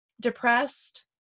depressed